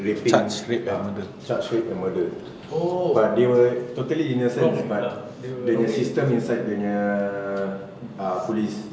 raping ah charged rape and murder oh but they were totally innocent but dia nya system inside dia nya ah police